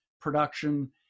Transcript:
production